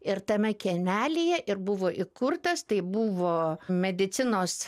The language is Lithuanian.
ir tame kiemelyje ir buvo įkurtas tai buvo medicinos